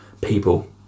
people